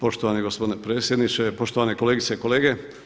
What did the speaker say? Poštovani gospodine predsjedniče, poštovane kolegice i kolege.